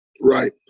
Right